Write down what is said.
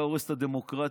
אתה הורס את הדמוקרטיה.